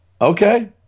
Okay